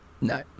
no